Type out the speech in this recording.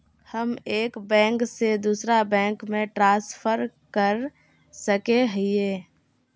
हम एक बैंक से दूसरा बैंक में ट्रांसफर कर सके हिये?